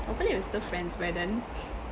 hopefully we're still friends by then